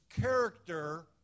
character